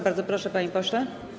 Bardzo proszę, panie pośle.